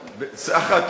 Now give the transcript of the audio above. "חיובי", תהיה מבסוט.